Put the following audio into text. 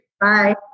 Bye